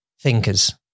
thinkers